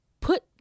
put